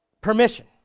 permission